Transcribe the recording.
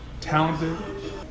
talented